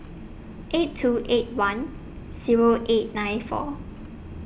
eight two eight one Zero eight nine four